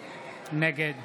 נגד